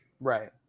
Right